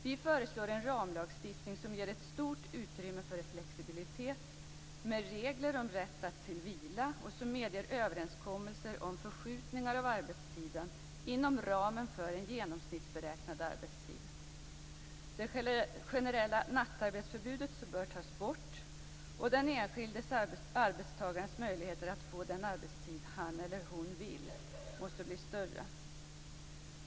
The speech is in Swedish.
Vi föreslår en ramlagstiftning som ger stort utrymme för flexibilitet, med regler om rätt till vila, och som medger överenskommelser om förskjutningar av arbetstiden inom ramen för en genomsnittsberäknad arbetstid. Det generella nattarbetsförbudet bör tas bort, och den enskilde arbetstagarens möjligheter att få den arbetstid han eller hon vill ha måste bli större.